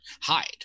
hide